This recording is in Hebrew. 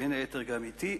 בין היתר גם אתי,